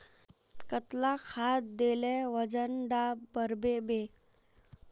कतला खाद देले वजन डा बढ़बे बे?